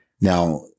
Now